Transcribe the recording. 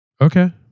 Okay